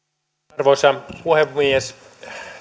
arvoisa puhemies